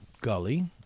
gully